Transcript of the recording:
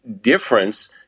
difference